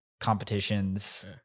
competitions